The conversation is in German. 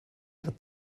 ihre